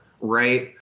right